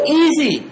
easy